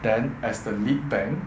then as the lead bank